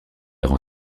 rend